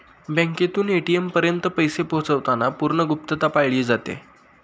बँकेतून ए.टी.एम पर्यंत पैसे पोहोचवताना पूर्ण गुप्तता पाळली जाते